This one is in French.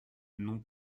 non